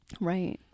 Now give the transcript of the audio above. Right